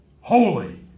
holy